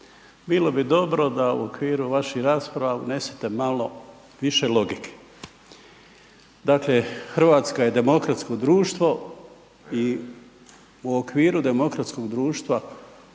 bilo bi dobro da u okviru vaših rasprava unesete malo više logike, dakle RH je demokratsko društvo i u okviru demokratskog društva,